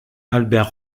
albert